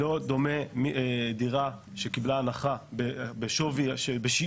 לא דומה דירה שקיבלה הנחה בשיעור